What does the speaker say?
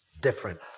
different